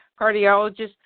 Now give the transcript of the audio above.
Cardiologist